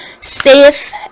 safe